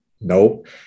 Nope